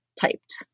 typed